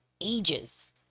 ages